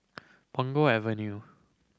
Punggol Avenue